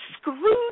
screwed